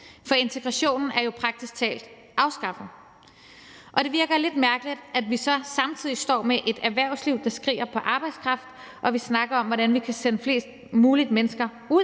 For integrationen er jo praktisk taget afskaffet. Og det virker lidt mærkeligt, at vi så samtidig står med et erhvervsliv, der skriger på arbejdskraft, og at vi snakker om, hvordan vi kan sende flest mulige mennesker ud